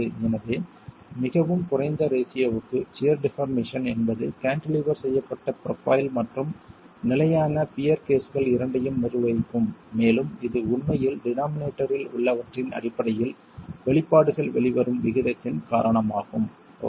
எனவே மிகவும் குறைந்த ரேஷியோவுக்கு சியர் டிபார்மேசன் என்பது கான்டிலீவர் செய்யப்பட்ட ப்ரொஃபைல் மற்றும் நிலையான பியர் கேஸ்கள் இரண்டையும் நிர்வகிக்கும் மேலும் இது உண்மையில் டினோமினேட்டரில் உள்ளவற்றின் அடிப்படையில் வெளிப்பாடுகள் வெளிவரும் விதத்தின் காரணமாகும் ஓகே